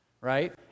Right